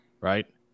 right